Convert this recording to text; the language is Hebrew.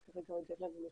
אז כרגע עוד אין לנו,